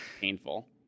painful